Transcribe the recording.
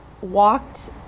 walked